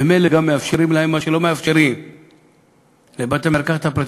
ממילא מאפשרים להן מה שלא מאפשרים לבתי-מרקחת הפרטיים,